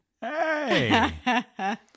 Hey